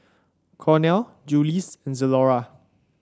Cornell Julie's and Zalora